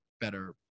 better